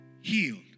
healed